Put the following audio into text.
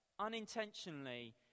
unintentionally